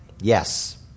Yes